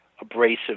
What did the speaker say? abrasive